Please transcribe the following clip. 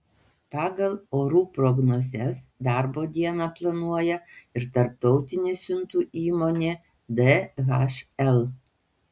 pagal orų prognozes darbo dieną planuoja ir tarptautinė siuntų įmonė dhl